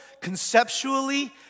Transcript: conceptually